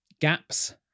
gaps